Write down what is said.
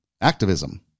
activism